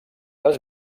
les